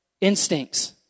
instincts